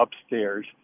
upstairs